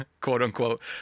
quote-unquote